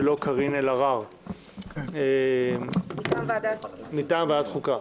ולא קארין אלהרר מטעם ועדת החוקה.